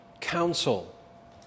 counsel